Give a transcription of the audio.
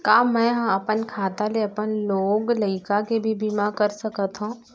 का मैं ह अपन खाता ले अपन लोग लइका के भी बीमा कर सकत हो